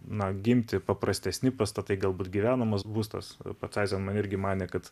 na gimti paprastesni pastatai galbūt gyvenamas būstas pats aizeman irgi manė kad